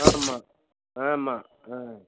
ஆமாம் ஆமாம் ஆ